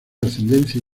ascendencia